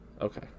Okay